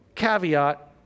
caveat